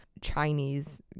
Chinese